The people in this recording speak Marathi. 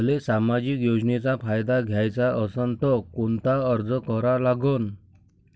मले सामाजिक योजनेचा फायदा घ्याचा असन त कोनता अर्ज करा लागन?